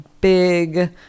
big